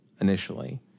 initially